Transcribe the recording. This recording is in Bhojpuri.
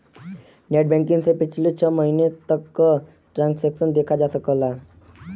नेटबैंकिंग से पिछले छः महीने तक क ट्रांसैक्शन देखा जा सकला